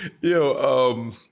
Yo